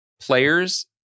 players